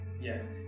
yes